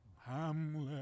Hamlet